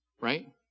right